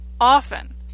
often